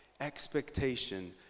expectation